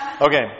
Okay